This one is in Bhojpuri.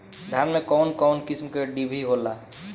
धान में कउन कउन किस्म के डिभी होला?